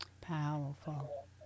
Powerful